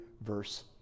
verse